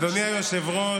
אדוני היושב-ראש,